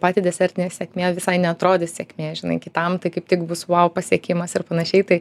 paty desertinės sėkmė visai neatrodys sėkmė žinai kitam tai kaip tik bus vau pasiekimas ir panašiai tai